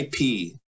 IP